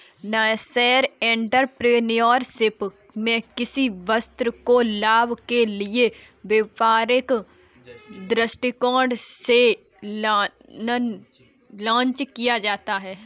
nascent entrepreneurship में किसी वस्तु को लाभ के लिए व्यापारिक दृष्टिकोण से लॉन्च किया जाता है